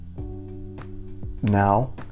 now